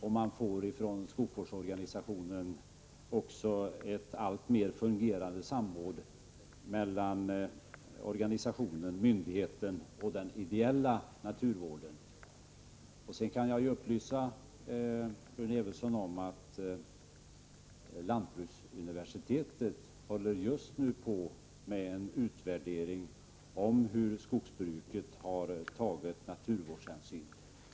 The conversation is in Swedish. Det blir också ett allt bättre fungerande samråd mellan organisationen, myndigheten och den ideella naturvården. Sedan kan jag upplysa Rune Evensson om att lantbruksuniversitetet just nu håller på med en utvärdering av hur skogsbruket har tagit naturvårdshänsyn.